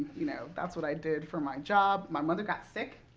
you know that's what i did for my job. my mother got sick,